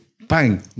bang